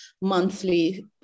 monthly